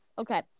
Okay